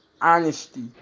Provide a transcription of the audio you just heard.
honesty